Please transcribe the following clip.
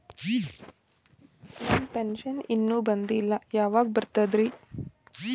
ನನ್ನ ಪೆನ್ಶನ್ ಇನ್ನೂ ಬಂದಿಲ್ಲ ಯಾವಾಗ ಬರ್ತದ್ರಿ?